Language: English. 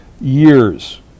years